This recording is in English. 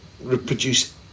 reproduce